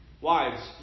Wives